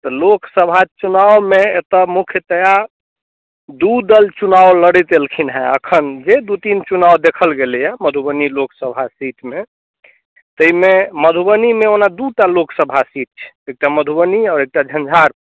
तऽ लोकसभा चुनावमे एतय मुख्यतया दू दल चुनाव लड़ैत एलखिन हेँ एखनि जे दू तीन चुनाव देखल गेलैए मधुबनी लोकसभा सीटमे ताहिमे मधुबनीमे ओना दू टा लोकसभा सीट छै एकटा मधुबनी आओर एकटा झंझारपुर